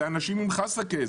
זה אנשים עם חסקה,